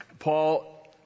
Paul